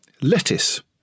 Lettuce